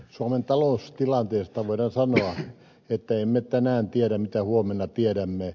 suomen taloustilanteesta voidaan sanoa että emme tänään tiedä mitä huomenna tiedämme